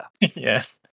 Yes